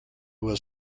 was